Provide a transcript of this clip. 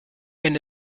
wenn